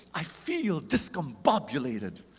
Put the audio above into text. i feel discombobulated.